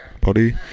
body